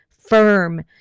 firm